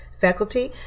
faculty